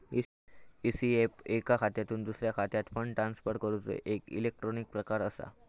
ECS एका खात्यातुन दुसऱ्या खात्यात फंड ट्रांसफर करूचो एक इलेक्ट्रॉनिक प्रकार असा